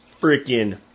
freaking